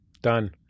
Done